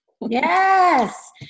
Yes